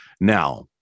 Now